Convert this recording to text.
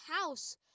house